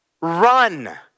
Run